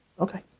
okay.